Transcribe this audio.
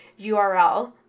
URL